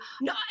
no